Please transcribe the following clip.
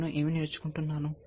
నేను ఏమి నేర్చుకుంటున్నాను